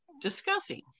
discussing